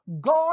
God